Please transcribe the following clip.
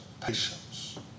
patience